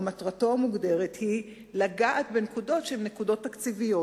או מטרתו המוגדרת היא לגעת בנקודות שהן נקודות תקציביות.